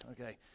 Okay